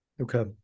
okay